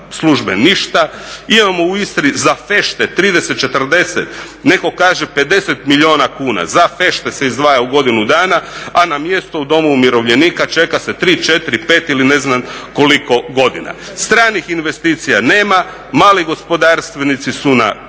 služba ništa. Imamo u Istri za fešte 30, 40, neko kaže 50 milijuna kuna, za fešte se izdvaja u godinu dana, a na mjesto u domu umirovljenika čeka se 3, 4, 5 ili ne znam koliko godina. Stranih investicija nema, mali gospodarstvenici su na